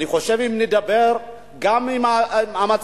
אני חושב שאם נדבר גם על הצלחות,